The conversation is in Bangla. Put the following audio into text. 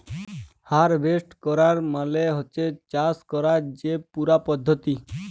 হারভেস্ট ক্যরা মালে হছে চাষ ক্যরার যে পুরা পদ্ধতি